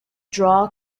draw